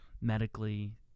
medically